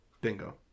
Bingo